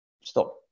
stop